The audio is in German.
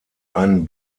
einen